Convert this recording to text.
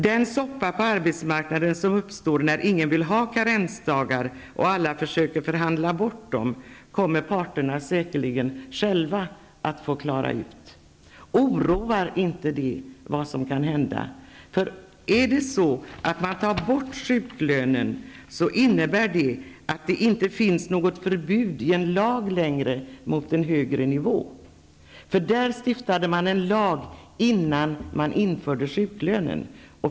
Den soppa som uppstår på arbetsmarknaden när ingen vill ha karensdagar och alla försöker förhandla bort dem kommer parterna säkerligen själva att få klara ut. Oroar inte det som kan hända? Om man tar bort sjuklönen innebär det att det inte längre i lag finns något förbud mot en högre nivå. Man stiftade en lag när man införde sjuklönen.